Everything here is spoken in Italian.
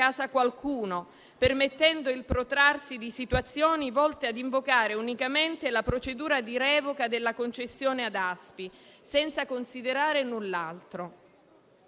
casa qualcuno, permettendo il protrarsi di situazioni volte a invocare unicamente la procedura di revoca della concessione ad ASPI, senza considerare null'altro.